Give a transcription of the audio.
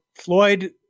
Floyd